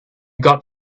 got